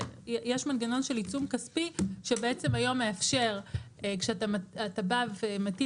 יש מנגנון של עיצום כספי שבעצם היום מאפשר שהיום אתה בא ומטיל